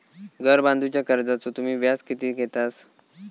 घर बांधूच्या कर्जाचो तुम्ही व्याज किती घेतास?